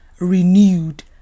renewed